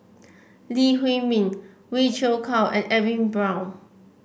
Lee Huei Min Wee Cho call and Edwin Brown